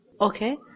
Okay